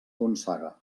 gonçaga